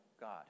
God